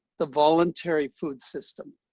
the voluntary food system.